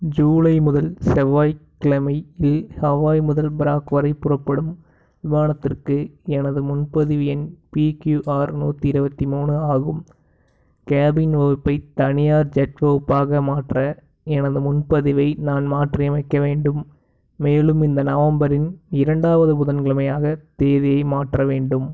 ஜூலை முதல் செவ்வாய்க்கிழமையில் ஹவாய் முதல் ப்ராக் வரை புறப்படும் விமானத்திற்கு எனது முன்பதிவு எண் பிக்யூஆர் நூற்றி இருபத்தி மூணு ஆகும் கேபின் வகுப்பை தனியார் ஜெட் வகுப்பாக மாற்ற எனது முன்பதிவை நான் மாற்றியமைக்க வேண்டும் மேலும் இந்த நவம்பரின் இரண்டாவது புதன்கிழமையாக தேதியை மாற்ற வேண்டும்